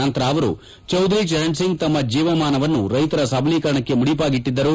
ನಂತರ ಅವರು ಚೌಧರಿ ಚರಣ್ ಸಿಂಗ್ ತಮ್ಮ ಜೀವಮಾನವನ್ನು ರೈತರ ಸಬಲೀಕರಣಕ್ಕೆ ಮುಡಿಪಾಗಿಟ್ಟಿದ್ದರು